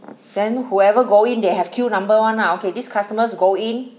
then whoever go in there have queue number [one] lah okay this customers go in